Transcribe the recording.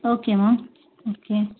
okay ma'am okay